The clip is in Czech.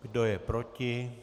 Kdo je proti?